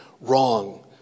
wrong